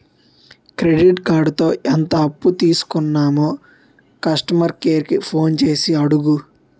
credit కార్డుతో ఎంత అప్పు తీసుకున్నామో కస్టమర్ కేర్ కి ఫోన్ చేసి అడుగు